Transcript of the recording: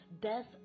Death